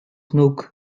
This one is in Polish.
nóg